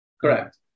Correct